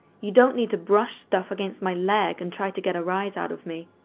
you don't need to brush stuff against my leg and try to get a rise out of me.